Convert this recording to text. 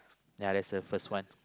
yeah that's the first one